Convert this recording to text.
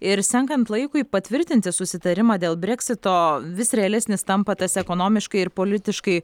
ir senkant laikui patvirtinti susitarimą dėl breksito vis realesnis tampa tas ekonomiškai ir politiškai